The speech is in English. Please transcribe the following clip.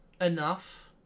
enough